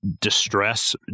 distress